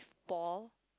ball